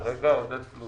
כרגע, עודד פלוס.